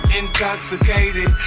intoxicated